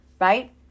right